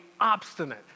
obstinate